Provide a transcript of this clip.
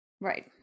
Right